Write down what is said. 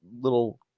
little